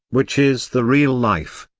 which is the real life.